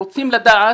אנחנו רוצים לדעת.